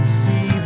see